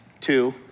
two